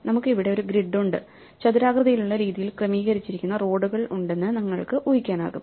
നമുക്ക് ഇവിടെ ഒരു ഗ്രിഡ് ഉണ്ട് ചതുരാകൃതിയിലുള്ള രീതിയിൽ ക്രമീകരിച്ചിരിക്കുന്ന റോഡുകൾ ഉണ്ടെന്ന് നിങ്ങൾക്ക് ഊഹിക്കാനാകും